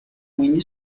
quindi